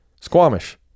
Squamish